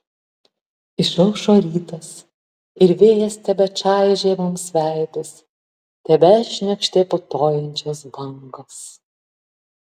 išaušo rytas ir vėjas tebečaižė mums veidus tebešniokštė putojančios bangos